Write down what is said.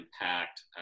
impact